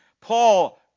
Paul